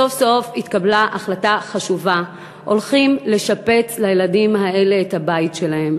סוף-סוף התקבלה החלטה חשובה: הולכים לשפץ לילדים האלה את הבית שלהם.